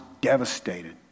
devastated